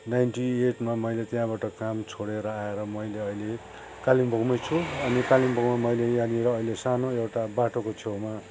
ninety एटमा मैले त्यहाँबाट काम छोडेर आएर मैले अहिले कालिम्पोङमै छु अनि कालिम्पोङमा मैले यहाँनिर अहिले सानो एउटा बाटोको छेउमा